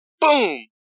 Boom